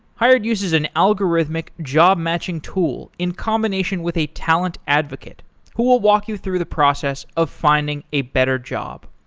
hired uses an algorithmic job-matching tool in combination with a talent advocate who will walk you through the process of finding a better job.